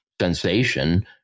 sensation